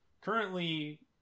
currently